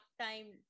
time